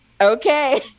okay